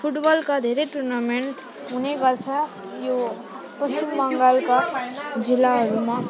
फुटबलका धेरै टुर्नामेन्ट हुने गर्छ यो पश्चिम बङ्गालका जिल्लाहरूमा